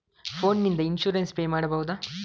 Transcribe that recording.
Phone ನಿಂದ insurance pay ಮಾಡಬಹುದ?